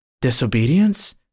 Disobedience